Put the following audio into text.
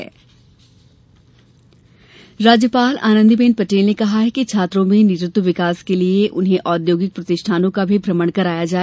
राज्यपाल प्रदेश की राज्यपाल आनंदी बेन पटेल ने कहा है कि छात्रों में नेतृत्व विकास के लिये उन्हें औद्योगिक प्रष्ठिानों का भी भ्रमण कराया जाए